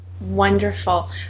wonderful